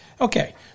Okay